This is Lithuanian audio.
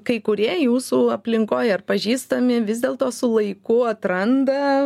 kai kurie jūsų aplinkoj ar pažįstami vis dėlto su laiku atranda